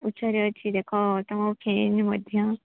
ପଛରେ ଅଛି ଦେଖ ତମ ଫ୍ୟାନ୍ ମଧ୍ୟ